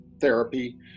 therapy